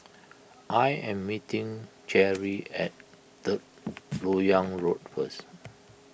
I am meeting Cherri at Third Lok Yang Road first